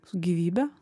su gyvybe